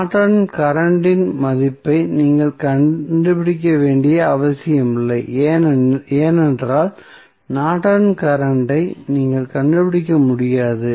நார்டனின் கரண்ட் இன் மதிப்பை நீங்கள் கண்டுபிடிக்க வேண்டிய அவசியமில்லை ஏனென்றால் நார்டனின் கரண்ட் ஐ Nortons current நீங்கள் கண்டுபிடிக்க முடியாது